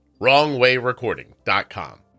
wrongwayrecording.com